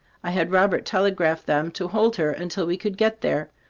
i had robert telegraph them to hold her until we could get there.